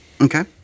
Okay